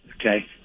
Okay